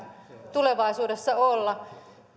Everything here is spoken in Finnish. tulevaisuudessa olla